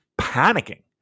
panicking